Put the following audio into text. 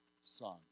son